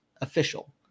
official